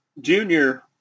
Junior